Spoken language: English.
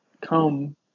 come